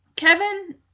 Kevin